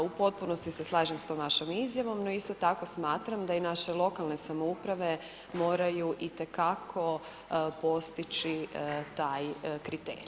U potpunosti se slažem s tom vašom izjavom, no isto tako smatram da i naše lokalne samouprave moraju itekako postići taj kriterij.